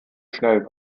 schnell